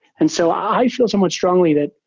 and so i feel somewhat strongly that,